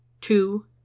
two